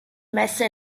messe